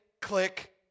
click